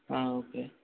okay